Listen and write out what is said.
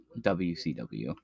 WCW